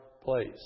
place